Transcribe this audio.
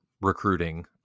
recruiting